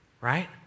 right